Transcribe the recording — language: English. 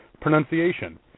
pronunciation